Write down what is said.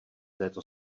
této